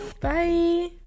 bye